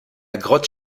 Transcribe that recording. grotte